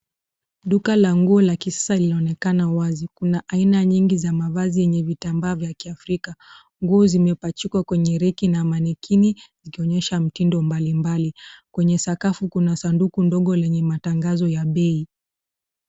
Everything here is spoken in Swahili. Duka la nguo la kisasa linaonekana wazi. Kuna aina ya nyingi za mavazi yenye vitambaa vya kiafrika. Nguo zimepachikwa kwenye reki na manikini ikionyesha mtimbo mbalimbali. Kwenye sakafu kuna sanduku ndogo lenye matangazo ya bei.